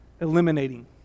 eliminating